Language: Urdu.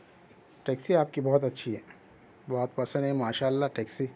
ٹیکسی آپ کی بہت اچھی ہے بہت پسند ہے ماشاء اللہ ٹیکسی